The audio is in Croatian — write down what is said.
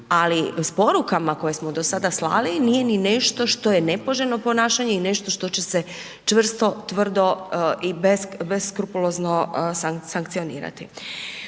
ali s porukama koje smo do sada slali nije ni nešto što je nepoželjno ponašanje i nešto što će se čvrsto, tvrdo i beskrupulozno sankcionirati.